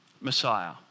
Messiah